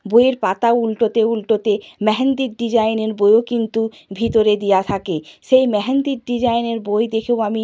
বইয়ের পাতা উলটাতে উলটাতে মেহেন্দির ডিজাইনের বইও কিন্তু ভিতরে দেওয়া থাকে সেই মেহেন্দির ডিজাইনের বই দেখেও আমি